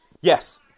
Yes